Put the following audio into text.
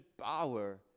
power